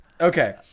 Okay